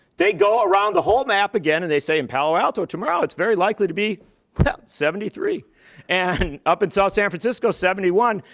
they go around the whole map again. and they say, in palo alto tomorrow, it's very likely to be seventy three and up in south san francisco, seventy one.